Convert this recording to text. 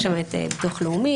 יש שם את ביטוח לאומי,